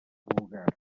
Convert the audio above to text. vulgars